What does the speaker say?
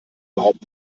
überhaupt